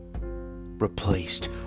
replaced